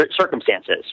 circumstances